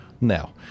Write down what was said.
Now